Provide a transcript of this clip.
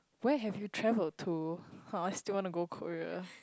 where have you travelled to ha I still want to go Korea